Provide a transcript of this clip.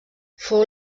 fou